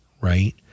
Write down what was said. right